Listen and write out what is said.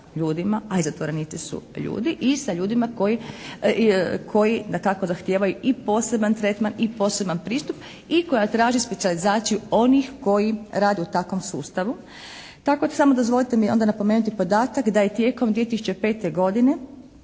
a i zatvorenici su ljudi i sa ljudima koji dakako zahtijevaju i poseban tretman i poseban pristup i koja traži specijalizaciju onih koji rade u takvom sustavu. Tako samo dozvolite mi onda napomenuti podatak da je tijekom 2005. godine